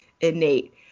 innate